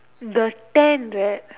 the tent right